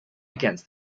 against